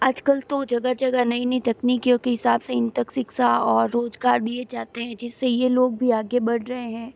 आज कल तो जगह जगह नई नई तकनीकों के हिसाब से इन तक शिक्षा और रोज़गार दिए जाते हैं जिस से ये लोग भी आगे बढ़ रहे हैं